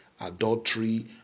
adultery